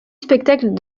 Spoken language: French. spectacle